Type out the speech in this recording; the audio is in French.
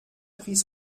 pris